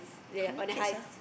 how many kids ah